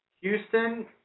Houston